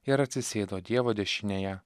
ir atsisėdo dievo dešinėje